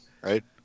right